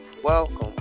Welcome